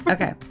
Okay